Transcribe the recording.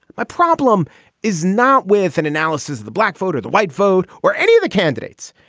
my problem is not with an analysis of the black vote or the white vote or any of the candidates.